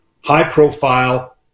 high-profile